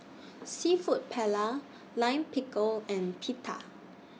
Seafood Paella Lime Pickle and Pita